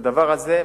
הדבר הזה,